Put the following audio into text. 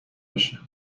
باشه